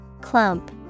Clump